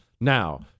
Now